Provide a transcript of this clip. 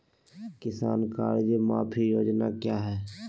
किसान कर्ज माफी योजना क्या है?